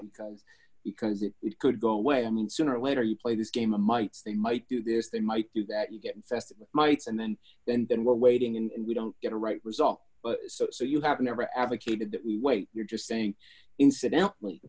this because it could go away i mean sooner or later you play this game a might they might do this they might do that you get infested with mites and then then then we're waiting and we don't get the right result but so so you have never advocated that we wait you're just saying incidentally